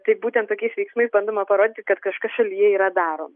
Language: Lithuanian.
tai būtent tokiais veiksmais bandoma parodyti kad kažkas šalyje yra daroma